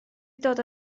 dod